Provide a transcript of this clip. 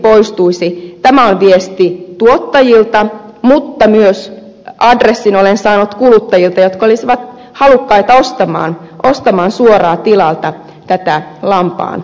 tämä on viesti tuottajilta mutta olen myös saanut adressin kuluttajilta jotka olisivat halukkaita ostamaan suoraan tilalta lampaanlihaa